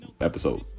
episode